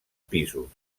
pisos